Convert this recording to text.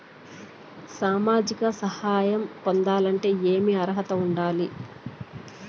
సామాజిక సహాయం పొందాలంటే ఏమి అర్హత ఉండాలి?